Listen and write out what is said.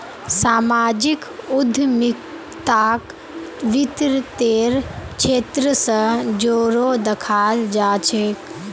सामाजिक उद्यमिताक वित तेर क्षेत्र स जोरे दखाल जा छेक